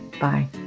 Bye